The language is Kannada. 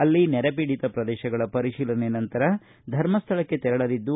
ಅಲ್ಲಿ ನೆರೆಪೀಡಿತ ಪ್ರದೇಶಗಳ ಪರಿಶೀಲನೆ ನಂತರ ಧರ್ಮಸ್ಥಳಕ್ಕೆ ತೆರಳಲಿದ್ದು